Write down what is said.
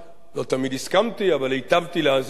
לא תמיד הסכמתי, אבל היטבתי להאזין להם.